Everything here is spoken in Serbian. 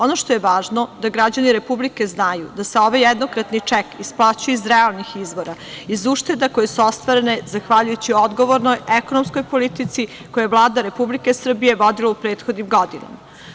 Ono što je važno da građani Republike znaju da se ovaj jednokratni ček isplaćuje iz realnih izvora, iz ušteda koje su ostvarene zahvaljujući odgovornoj, ekonomskoj politici koju je Vlada Republike Srbije vodila u prethodnim godinama.